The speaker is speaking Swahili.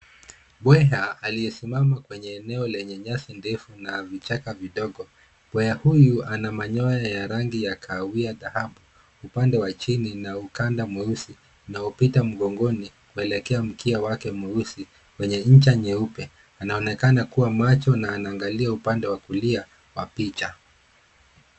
Mbweha aliyesimama kwenye eneo lenye nyasi ndefu na vichaka vidogo. Mbweha huyu ana manyoya ya rangi ya kahawia dhahabu upande wa chini na ukanda mweusi unaopita mgongoni kuelekea mkia wake mweusi wenye ncha nyeupe. Anaonekana kuwa macho na anaangalia upande wa kulia wa picha.